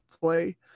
play